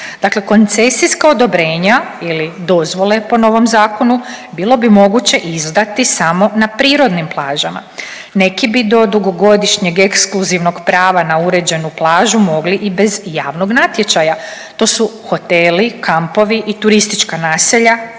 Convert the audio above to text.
koncesijska odobrenja ili dozvole po novom zakonu bilo bi moguće izdati samo na prirodnim plažama. Neki bi do dugogodišnjeg ekskluzivnog prava na uređenu plažu mogli i bez javnog natječaja, to su hoteli, kampovi i turistička naselja